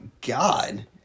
God